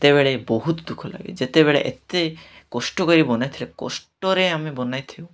ଯେତେବେଳେ ବହୁତ ଦୁଃଖ ଲାଗେ ଯେତେବେଳେ ଏତେ କଷ୍ଟ କରି ବନାଇଥିଲେ କଷ୍ଟରେ ଆମେ ବନାଇଥିଲ